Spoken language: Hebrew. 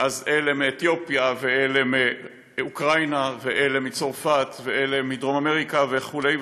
אז אלה מאתיופיה ואלה מאוקראינה ואלה מצרפת ואלה מדרום אמריקה וכו'.